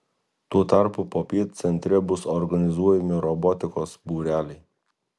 tuo tarpu popiet centre bus organizuojami robotikos būreliai